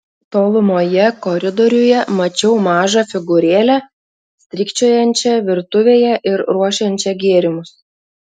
tolumoje koridoriuje mačiau mažą figūrėlę strykčiojančią virtuvėje ir ruošiančią gėrimus